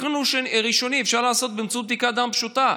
ואבחון ראשוני אפשר לעשות באמצעות בדיקת דם פשוטה.